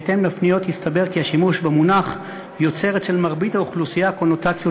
מהפניות הסתבר כי השימוש במונח יוצר אצל מרבית האוכלוסייה קונוטציות